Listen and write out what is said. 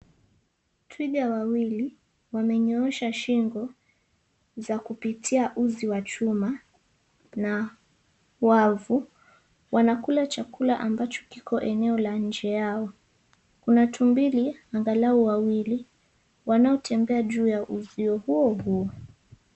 Twiga wawili wamenyoosha shingo za kupitia uzi wa chuma na wavu wanakula chakula ambacho kiko eneo la nje yao. Kuna tumbili angalau wawili wanaotembea juu ya uzio huohuo.